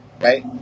right